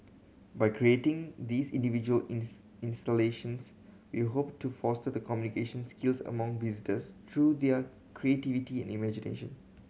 by creating these individual installations we hope to foster the communication skills among visitors through their creativity and imagination